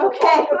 Okay